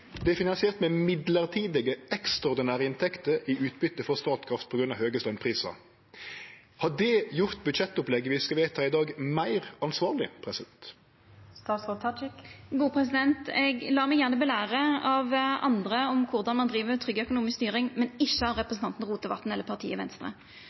Det er finansiert med mellombelse ekstraordinære inntekter i utbyte frå Statkraft på grunn av høge straumprisar. Har det gjort det budsjettopplegget vi skal vedta i dag, meir ansvarleg? Eg lar meg gjerne belæra av andre om korleis ein driv trygg økonomisk styring, men ikkje av